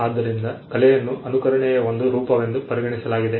ಆದ್ದರಿಂದ ಕಲೆಯನ್ನು ಅನುಕರಣೆಯ ಒಂದು ರೂಪವೆಂದು ಪರಿಗಣಿಸಲಾಗಿದೆ